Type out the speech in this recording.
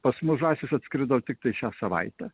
pas mus žąsys atskrido tiktai šią savaitę